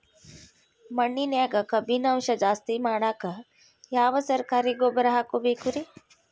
ಮಣ್ಣಿನ್ಯಾಗ ಕಬ್ಬಿಣಾಂಶ ಜಾಸ್ತಿ ಮಾಡಾಕ ಯಾವ ಸರಕಾರಿ ಗೊಬ್ಬರ ಹಾಕಬೇಕು ರಿ?